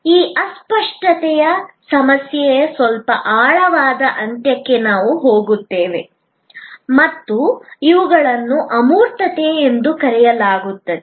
ಈ ಅಸ್ಪಷ್ಟತೆಯ ಸಮಸ್ಯೆಯ ಸ್ವಲ್ಪ ಆಳವಾದ ಅಂತ್ಯಕ್ಕೆ ನಾವು ಹೋಗುತ್ತೇವೆ ಮತ್ತು ಇವುಗಳನ್ನು ಅಮೂರ್ತತೆ ಎಂದು ಕರೆಯಲಾಗುತ್ತದೆ